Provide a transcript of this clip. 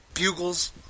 Bugles